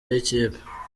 y’ikipe